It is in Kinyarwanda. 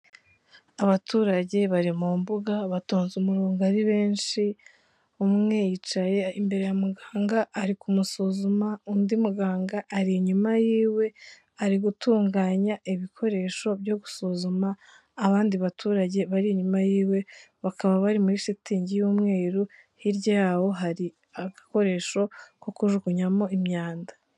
Abaturage bari mu mbuga batonze umurongo ari benshi, umwe yicaye imbere ya muganga ari kumusuzuma undi muganga ari inyuma yiwe ari gutunganya ibikoresho byo gusuzuma abandi baturage bari inyuma yiwe, bakaba bari muri shitingi y'umweru, hirya yaho hari agakoresho ko kujugunyamo imyanda.